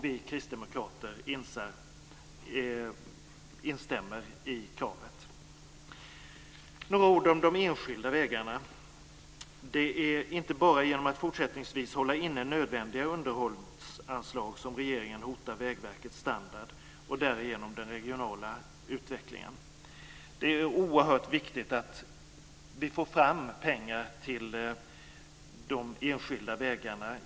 Vi kristdemokrater instämmer i kravet. Jag vill sedan säga några ord om de enskilda vägarna. Det är inte bara genom att fortsättningsvis hålla inne nödvändiga underhållsanslag som regeringen hotar vägnätets standard och därigenom den regionala utvecklingen. Det är oerhört viktigt att vi får fram pengar till de enskilda vägarna.